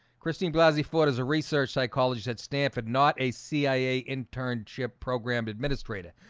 christine blasi fought as a research psychologist at stanford, not a cia internship program administrator,